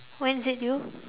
when is it due